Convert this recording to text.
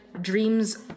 dreams